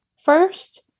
first